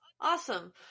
Awesome